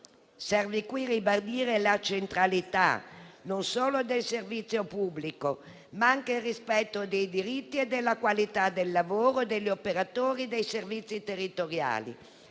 Serve qui ribadire non solo la centralità del servizio pubblico, ma anche il rispetto dei diritti e della qualità del lavoro degli operatori dei servizi territoriali.